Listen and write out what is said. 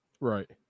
Right